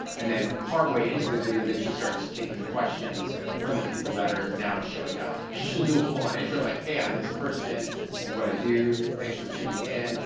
and then partway into the video, then she starts taking questions from the people that are now showing up. so she'll do a full on intro, like, hey, i'm this person, this is what i do, thanks for tuning in,